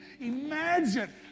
imagine